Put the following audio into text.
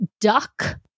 Duck